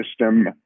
system